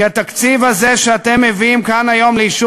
כי התקציב הזה שאתם מביאים כאן היום לאישור